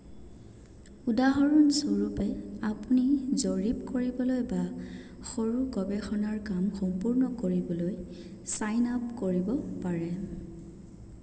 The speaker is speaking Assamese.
উদাহৰণস্বৰূপে আপুনি জৰীপ কৰিবলৈ বা সৰু গৱেষণাৰ কাম সম্পূৰ্ণ কৰিবলৈ ছাইন আপ কৰিব পাৰে